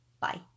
Bye